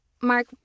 Mark